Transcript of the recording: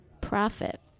profit